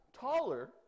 taller